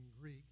Greek